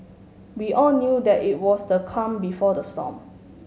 we all knew that it was the calm before the storm